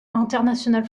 international